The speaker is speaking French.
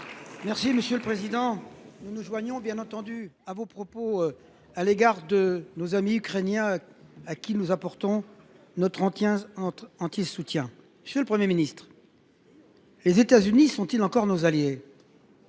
Monsieur le président, nous nous joignons bien entendu à vos propos à l’égard de nos amis ukrainiens, à qui nous apportons notre entier soutien. Monsieur le Premier ministre, les États Unis sont ils toujours nos alliés ?